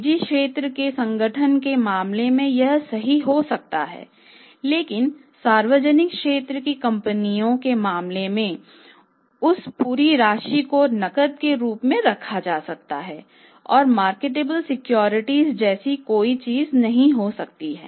निजीजैसी कोई चीज नहीं हो सकती है